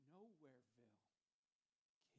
Nowhereville